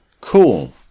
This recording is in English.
Cool